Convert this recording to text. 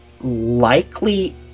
Likely